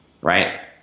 right